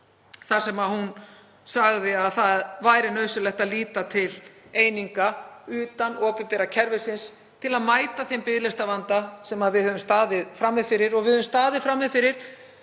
þar sem hún sagði að nauðsynlegt væri að líta til eininga utan opinbera kerfisins til að mæta þeim biðlistavanda sem við höfum staðið frammi fyrir. Og við höfum staðið frammi fyrir